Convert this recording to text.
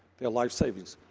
their life savings.